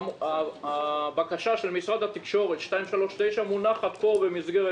הבקשה של משרד התקשורת 239 מונחת פה במסגרת